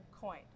coin